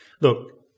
Look